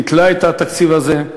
ביטלה את התקציב הזה.